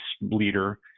leader